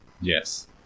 Yes